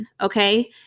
okay